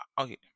Okay